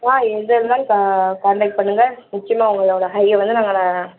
ஆ எங்கே இருந்தாலும் க காண்டக்ட் பண்ணுங்கள் முக்கியமாக உங்களோட ஐயை வந்து நாங்கள்